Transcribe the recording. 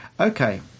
okay